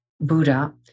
Buddha